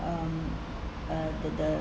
um uh the the